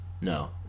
No